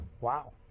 Wow